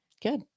Good